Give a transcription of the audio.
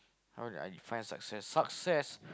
how do I define success success